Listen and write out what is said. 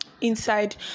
inside